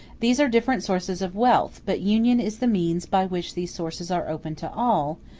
these are different sources of wealth but union is the means by which these sources are opened to all,